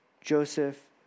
Joseph